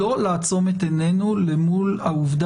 ולכן אני אומר לאנשי המחנה שחפצים בעיגון עיקרון השוויון